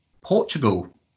Portugal